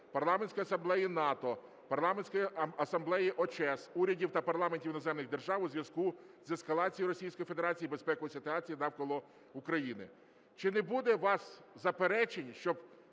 Парламентської Асамблеї НАТО, Парламентської Асамблеї ОЧЕС, урядів та парламентів іноземних держав у зв'язку з ескалацією Російською Федерацією безпекової ситуації навколо України. Чи не буде у вас заперечень, щоб